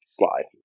slide